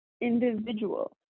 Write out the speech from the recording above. individual